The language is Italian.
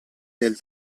del